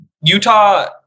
Utah